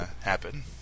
happen